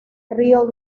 río